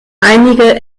einige